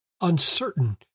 uncertain